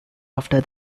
after